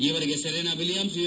ಈವರೆಗೆ Serena Williams you